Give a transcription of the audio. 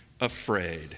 afraid